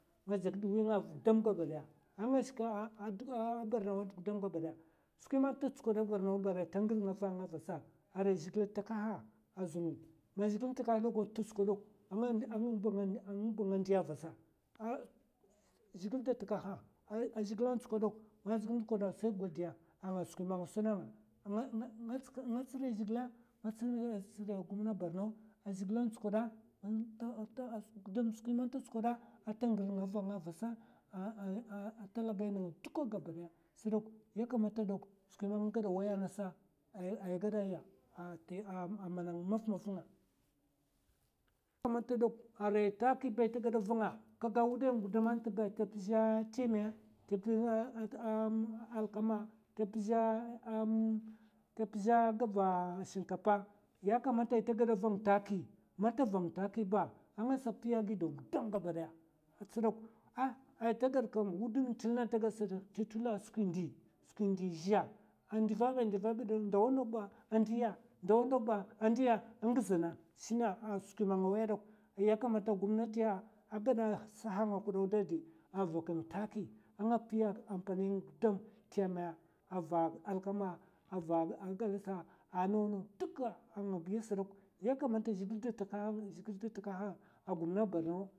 Nga jakd wi va gudam gabadaya a nga shika borno'nt gudam gabadaya. Skwi ma ta tsukwada borno ba arai ta ngar'nga pa vasa, arai zhègila takaha zulum man zhègil nt'takaha ta tsukwa dok a ngba nga ndiya vasa zhègil da takaha, a zhègila tsukwa dok man zhègila tsukwada sai godiya a skwi ma suna nga. ng tsiriya zhègila, nga tsiriya gomna borno a zhègila tsukwada a skwi ma ta tsukwada ata ngirnga va nga vasa talagai nènga duk gabadaya sdok, yakamata dok skwi man gada waya ngasa ai gada ya a mana ngang n'mafmaf nga yakamata dok, arai taki ba ai gada va'nga kaga wudai ng'gudam ta pzè tèma, ta pzè alakama, ta pzè gva shinkapa yakamata ai tagada vang taki, man ta vang taki ba a ngasa piya gidaw gudam gabadaya kat sdok ai tagad kam wudum n'tilna ta gad sat tè tulè skwin ndi, skwin ndiya zhè, a ndva bi a ndva bi ta dok ndawa ndawa ba a ndiya, ndawa ndawa ba a ndiya a ngzana shinè skwi ma nga waya dok, takamta gumnatiya a gada sahan kudo da di a vakang taki a nga piya ampanig gudam. tèma ava alkama, ava galisa a nawa naw duka a nga giya sdok ya kamata zhèhil da takahang zhègil da takaha gomna borno.